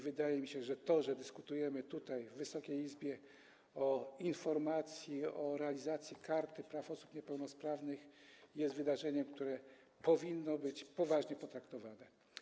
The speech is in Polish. Wydaje mi się, że to, że dyskutujemy tutaj w Wysokiej Izbie o informacji, o realizacji Karty Praw Osób Niepełnosprawnych, jest wydarzeniem, które powinno być poważnie potraktowane.